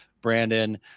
Brandon